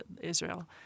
Israel